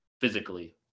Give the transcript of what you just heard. physically